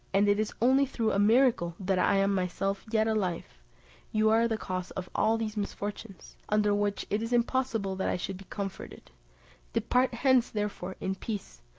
and it is only through a miracle that i am myself yet alive you are the cause of all these misfortunes under which it is impossible that i should be comforted depart hence therefore in peace,